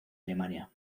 alemania